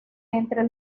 entre